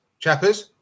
Chappers